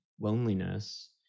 loneliness